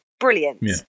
Brilliant